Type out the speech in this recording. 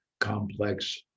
complex